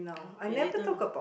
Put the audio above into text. okay later